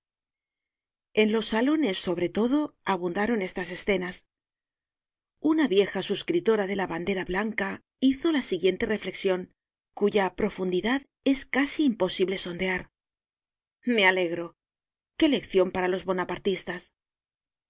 en los salones sobretodo abundaron estas escenas una vieja suscritora de la bandera blanca hizo la siguiente reflexion cuya profundidad es casi imposible sondear me alegro qué leccion para los